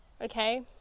Okay